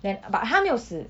then but 他没有死